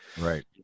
right